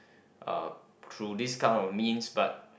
uh through this kind of means but